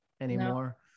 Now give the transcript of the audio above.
anymore